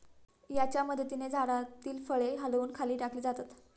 याच्या मदतीने झाडातील फळे हलवून खाली टाकली जातात